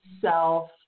self